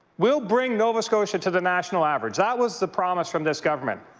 we'll bring nova scotia to the national average. that was the promise from this government.